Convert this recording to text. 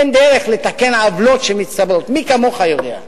אין דרך לתקן עוולות שמצטברות, מי כמוך יודע.